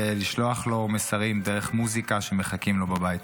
ולשלוח לו מסרים דרך מוזיקה שמחכים לו בבית.